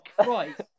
Christ